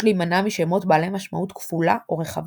יש להימנע משמות בעלי משמעות כפולה או רחבה.